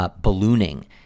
ballooning